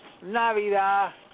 Navidad